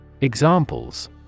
Examples